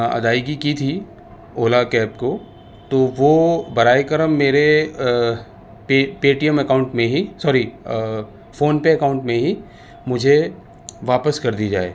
ادائیگی کی تھی اولا کیب کو تو وہ برائے کرم میرے پے ٹی ایم اکاؤنٹ میں ہی سوری فون پے اکاؤنٹ میں ہی مجھے واپس کر دی جائے